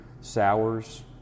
sours